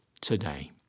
today